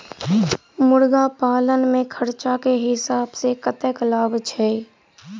मुर्गी पालन मे खर्च केँ हिसाब सऽ कतेक लाभ छैय?